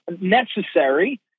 necessary